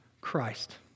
Christ